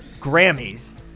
grammys